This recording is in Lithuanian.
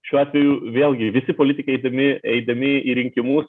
šiuo atveju vėlgi visi politikai eidami eidami į rinkimus